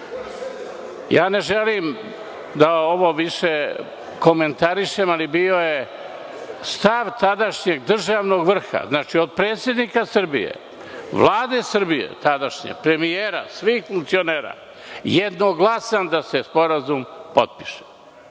želim da ovo više komentarišem, ali bio je stav tadašnjeg državnog vrha, od predsednika Srbije, Vlade Srbije tadašnje, premijera, svih funkcionera jednoglasan da se sporazum potpiše